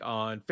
on